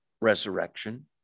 resurrection